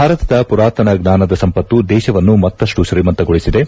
ಭಾರತದ ಪುರಾತನ ಜ್ವಾನದ ಸಂಪತ್ತು ದೇಶವನ್ನು ಮತ್ತಪ್ಪು ತೀಮಂತಗೊಳಿಸಿದೆ